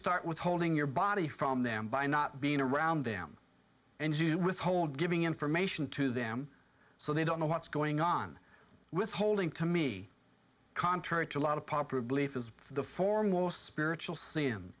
start withholding your body from them by not being around them and withhold giving information to them so they don't know what's going on with holding to me contrary to a lot of popular belief as the foremost spiritual